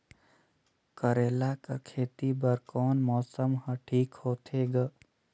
करेला कर खेती बर कोन मौसम हर ठीक होथे ग?